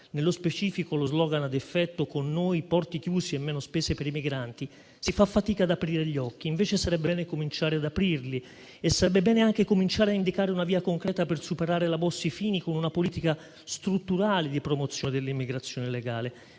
nello specifico lo slogan ad effetto è il seguente: con noi porti chiusi e meno spese per i migranti - si fa fatica ad aprire gli occhi; invece sarebbe bene cominciare ad aprirli e anche cominciare a indicare una via concreta per superare la legge Bossi-Fini con una politica strutturale di promozione dell'immigrazione legale.